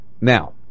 Now